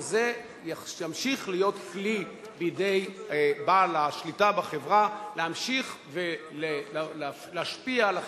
וזה ימשיך להיות כלי בידי בעל השליטה בחברה להמשיך להשפיע על החברה,